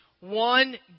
One